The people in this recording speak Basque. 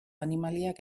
animaliak